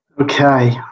Okay